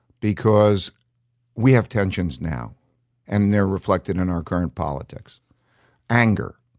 because we have tensions now and they are reflected in our current politics anger.